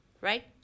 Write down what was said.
right